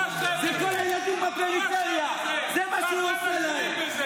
זה כל הילדים בפריפריה, זה מה שהוא עושה להם.